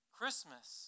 Christmas